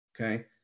okay